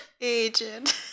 Agent